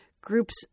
Groups